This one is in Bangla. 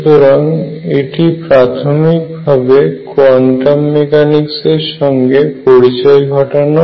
সুতরাং এটি প্রাথমিক ভাবে কোয়ান্টাম মেকানিক্স এর সঙ্গে পরিচয় ঘটানো